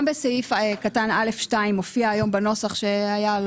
גם בסעיף קטן (א2) מופיע היום בנוסח שהיה,